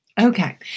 Okay